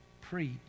preach